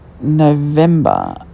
November